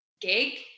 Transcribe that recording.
gig